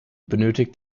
benötigt